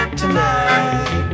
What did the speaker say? tonight